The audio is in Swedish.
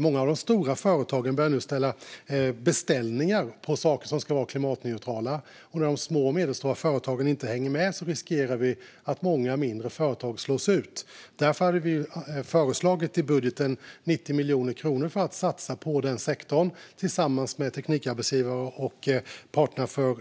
Många av de stora företagen börjar nu göra beställningar på saker som ska vara klimatneutrala, och om de små och medelstora företagen inte hänger med riskerar vi att många mindre företag slås ut. Därför hade vi föreslagit 90 miljoner kronor i budgeten för att satsa på den sektorn tillsammans med Teknikarbetsgivarna och parterna från